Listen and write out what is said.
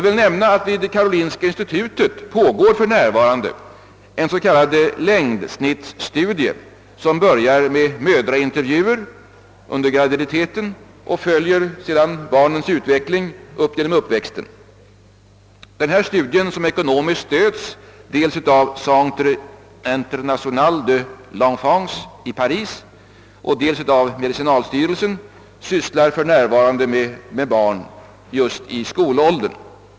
Jag kan nämna att det vid karolinska institutet för närvarande pågår en s.k. längdsnittsstudie, som börjar med mödraintervjuer under graviditeten och som sedan följer barnets utveckling genom uppväxtåren. Denna studie, som ekonomiskt stöds dels av Centre International de PEnfance i Paris, dels av medicinalstyrelsen, sysslar för närvarande just med barn i skolåldern.